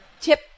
tip